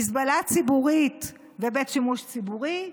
מזבלה ציבורית ובית שמש ציבורי,